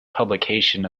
publication